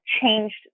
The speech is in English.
changed